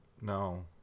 No